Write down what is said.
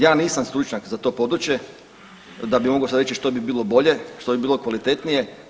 Ja nisam stručnjak za to područje da bi mogao sad reći što bi bilo bolje, što bi bilo kvalitetnije.